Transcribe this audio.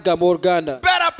better